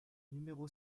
numéro